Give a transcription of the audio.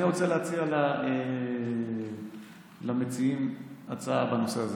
רוצה להציע למציעים הצעה בנושא הזה.